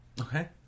Okay